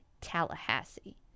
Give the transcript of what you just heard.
Tallahassee